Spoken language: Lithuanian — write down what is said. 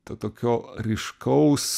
to tokio ryškaus